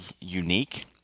unique